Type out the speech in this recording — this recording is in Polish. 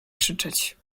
krzyczeć